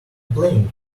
playing